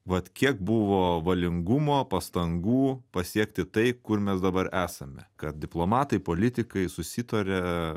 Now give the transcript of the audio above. vat kiek buvo valingumo pastangų pasiekti tai kur mes dabar esame kad diplomatai politikai susitaria